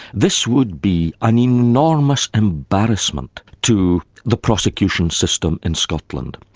this would be an enormous embarrassment to the prosecution system in scotland.